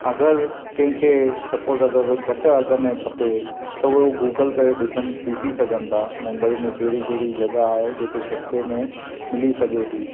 अगरि कंहिंखे सपोज़ अगरि घटि अघु में खपे त उहो गुगल करे ॾिसनि ॾिसी सघनि था मुम्बई में कहिड़ी कहिड़ी जॻह आहे जेकी सस्ते में मिली सघे थी